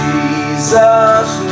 Jesus